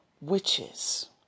witches